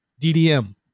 DDM